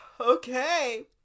okay